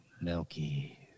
milky